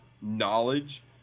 knowledge